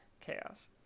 chaos